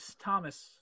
Thomas